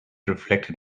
reflected